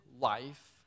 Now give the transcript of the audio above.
life